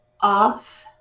off